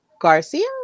Garcia